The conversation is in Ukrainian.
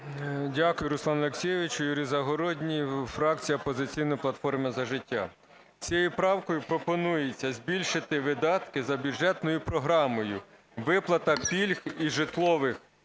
Дякую, Руслане Олексійовичу. Юрій Загородній, фракція "Опозиційна платформа – За життя". Цією правкою пропонується збільшити видатки за бюджетною програмою "Виплата пільг і житлових